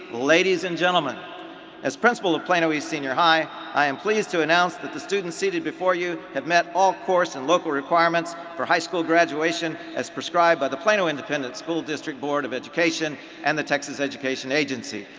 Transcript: ladies and gentlemen as principal of plano east senior high i am pleased to announce that the students seated before you have met all course and local requirements for high school graduation as prescribed by the plano independent school district board of education and the texas education agency.